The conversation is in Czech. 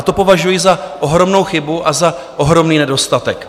To považuji za ohromnou chybu a za ohromný nedostatek.